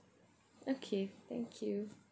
okay thank you